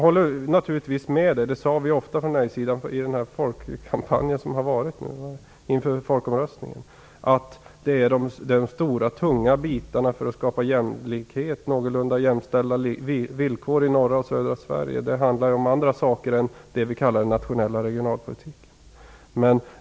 Det sades ofta från nej-sidan i den kampanj inför folkomröstningen som nu har varit att de är de stora tunga bitarna när det gäller att skapa någorlunda jämställda villkor i norra och södra Sverige. Det handlar om andra saker än det vi kallar den nationella regionalpolitiken.